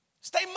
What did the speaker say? Stay